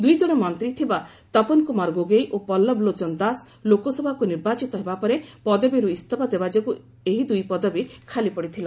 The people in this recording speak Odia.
ଦୁଇ ଜଣ ମନ୍ତ୍ରୀ ଥିବା ତପ କୁମାର ଗୋଗୋଇ ଓ ପଲ୍ଲବ ଲୋଚନ ଦାସ ଲୋକସଭାକୁ ନିର୍ବାଚିତ ହେବା ପରେ ପଦବୀରୁ ଇସ୍ତଫା ଦେବା ଯୋଗୁଁ ସେହି ଦୁଇ ପଦବୀ ଖାଲି ପଡ଼ିଥିଲା